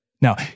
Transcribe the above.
Now